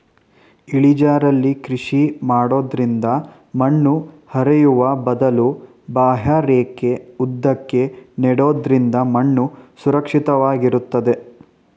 ಇಳಿಜಾರಲ್ಲಿ ಕೃಷಿ ಮಾಡೋದ್ರಿಂದ ಮಣ್ಣು ಹರಿಯುವ ಬದಲು ಬಾಹ್ಯರೇಖೆ ಉದ್ದಕ್ಕೂ ನೆಡೋದ್ರಿಂದ ಮಣ್ಣು ಸುರಕ್ಷಿತ ವಾಗಿರ್ತದೆ